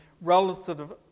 relative